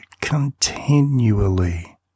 continually